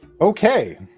okay